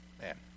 man